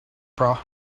bra